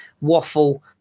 waffle